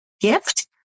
gift